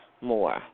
more